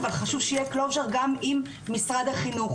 אבל חשוב שיהיה גם עם משרד החינוך.